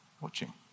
Watching